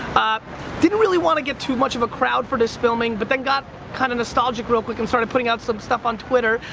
didn't really want to get too much of a crowd for this filming, but then got kind of nostalgic real quick, and started putting out some stuff on twitter.